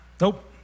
Nope